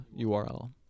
URL